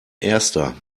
erster